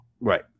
right